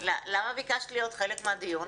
למה ביקשת להיות חלק מהדיון?